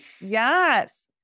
Yes